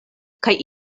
kaj